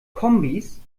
kombis